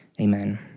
Amen